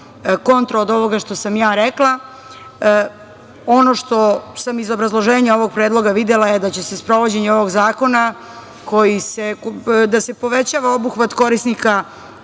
kontra od ovoga što sam ja rekla. Ono što sam iz obrazloženja ovog predloga videla je da će se sprovođenjem ovog zakona povećava obuhvat korisnika,